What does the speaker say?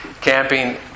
camping